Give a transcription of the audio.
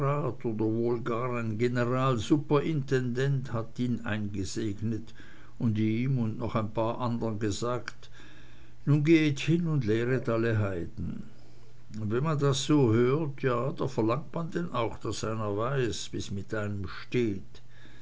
generalsuperintendent hat ihn eingesegnet und ihm und noch ein paar andern gesagt nun gehet hin und lehret alle heiden und wenn man das so hört ja da verlangt man denn auch daß einer weiß wie's mit einem steht